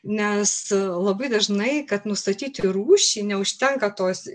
nes labai dažnai kad nustatyti rūšį neužtenka tos